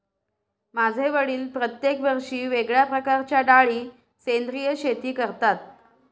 माझे वडील प्रत्येक वर्षी वेगळ्या प्रकारच्या डाळी सेंद्रिय शेती करतात